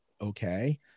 okay